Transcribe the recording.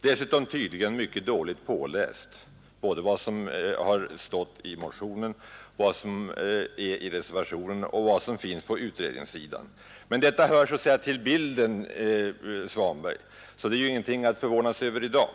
Dessutom har han tydligen mycket dåligt läst på vad som står i motionen, vad som sägs i reservationen och vad som finns på utredningssidan. Men detta hör så att säga till bilden av herr Svanberg, så det är ingenting att förvåna sig över i dag.